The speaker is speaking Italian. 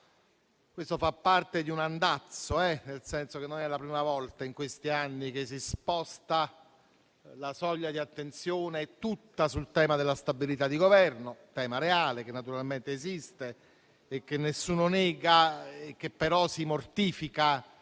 Questo fa parte di un andazzo, nel senso che non è la prima volta in questi anni che si sposta la soglia di attenzione tutta sul tema della stabilità di Governo, che pure è reale, esiste e nessuno lo nega. Si mortifica